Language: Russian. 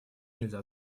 нельзя